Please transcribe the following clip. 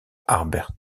harbert